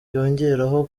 yongeraho